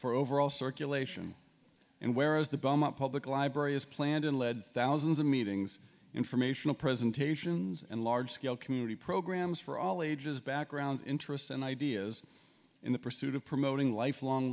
for overall circulation and whereas the bottom up public library is planned and led thousands of meetings informational presentations and large scale community programs for all ages backgrounds interests and ideas in the pursuit of promoting lifelong